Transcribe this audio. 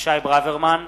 אבישי ברוורמן,